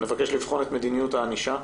נבקש לבחון את מדיניות הענישה.